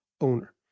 owner